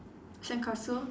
sandcastle